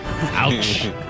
Ouch